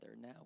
Now